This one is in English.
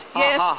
yes